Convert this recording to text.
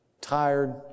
Tired